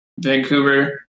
Vancouver